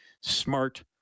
smart